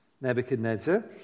Nebuchadnezzar